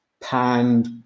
panned